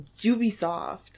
Ubisoft